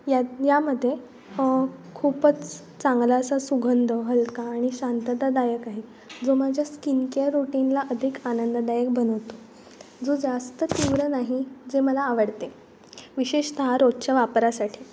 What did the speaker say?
यात यामध्ये खूपच चांगला असा सुगंध हलका आणि शांततादायक आहे जो माझ्या स्किनकेअर रुटीनला अधिक आनंददायक बनवतो जो जास्त तीव्र नाही जे मला आवडते विशेषतः रोजच्या वापरासाठी